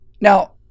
Now